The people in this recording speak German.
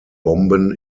bomben